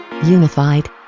Unified